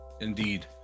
Indeed